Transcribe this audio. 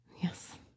yes